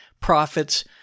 profits